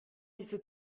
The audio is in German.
diese